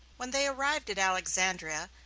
when they arrived at alexandria,